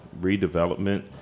redevelopment